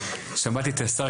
שמעתי את השר,